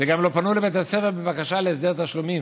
וגם לא פנו לבית הספר בבקשה להסדר תשלומים.